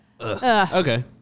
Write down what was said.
Okay